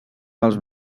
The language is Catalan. pels